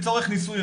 לצורך נישואים,